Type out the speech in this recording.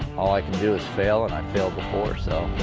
all i can do is fail and i failed before. so.